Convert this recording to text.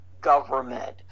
government